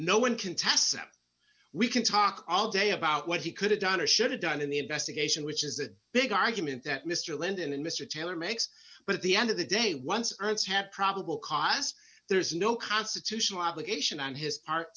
no one contests we can talk all day about what he could have done or should have done in the investigation which is a big argument that mr landon and mr taylor makes but at the end of the day once earth's had probable cause there is no constitutional obligation and his ar